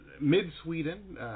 mid-Sweden